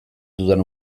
dudan